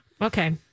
Okay